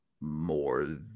more